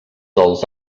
dels